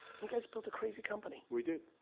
you guys built a crazy company. we did.